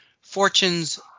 Fortune's